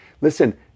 listen